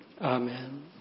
Amen